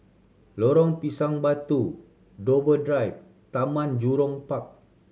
Lorong Pisang Batu Dover Drive Taman Jurong Park